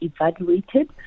evaluated